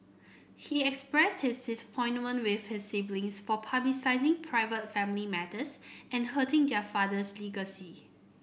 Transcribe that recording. he expressed his disappointment with his siblings for publicising private family matters and hurting their father's legacy